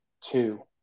two